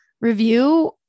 review